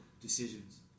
decisions